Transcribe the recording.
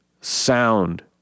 sound